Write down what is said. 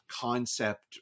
concept